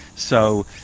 so,